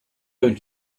going